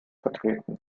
vertreten